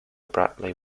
bradley